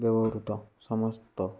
ବ୍ୟବହୃତ ସମସ୍ତ